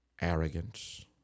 Arrogance